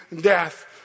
death